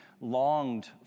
longed